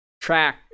track